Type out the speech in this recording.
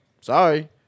Sorry